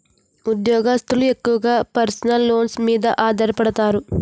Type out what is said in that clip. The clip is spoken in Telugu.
ఉద్యోగస్తులు ఎక్కువగా పర్సనల్ లోన్స్ మీద ఆధారపడతారు